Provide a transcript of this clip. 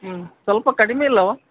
ಹ್ಞೂ ಸ್ವಲ್ಪ ಕಡಿಮೆ ಇಲ್ಲವಾ